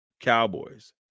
Cowboys